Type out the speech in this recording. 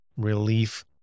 relief